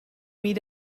meet